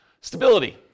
Stability